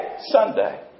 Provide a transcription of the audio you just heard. Sunday